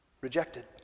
Rejected